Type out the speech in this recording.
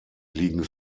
liegen